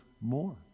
more